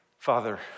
Father